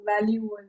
value